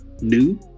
new